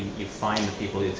you find the people,